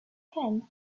hand